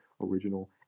original